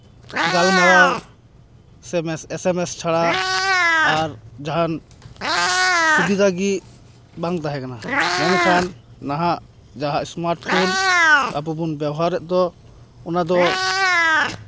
ᱜᱟᱞᱢᱟᱨᱟᱣ ᱥᱮ ᱮᱥᱮᱢᱮᱥ ᱪᱷᱟᱲᱟ ᱟᱨ ᱡᱟᱦᱟᱱ ᱥᱩᱵᱤᱫᱷᱟᱜᱮ ᱵᱟᱝ ᱛᱟᱦᱮᱸ ᱠᱟᱱᱟ ᱢᱮᱱᱠᱷᱟᱱ ᱱᱟᱦᱟᱜ ᱡᱟᱦᱟᱸ ᱥᱢᱟᱨᱴ ᱯᱷᱳᱱ ᱟᱵᱚ ᱵᱚᱱ ᱵᱮᱵᱚᱦᱟᱨᱮᱫ ᱫᱚ ᱚᱱᱟ ᱫᱚ